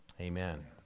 Amen